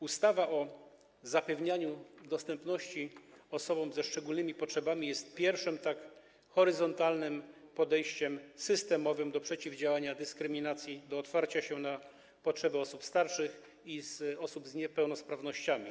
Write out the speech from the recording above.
Ustawa o zapewnieniu dostępności osobom ze szczególnymi potrzebami jest pierwszym tak horyzontalnym podejściem systemowym do kwestii przeciwdziałania dyskryminacji, do potrzeby otwarcia się na potrzeby osób starszych i osób z niepełnosprawnościami.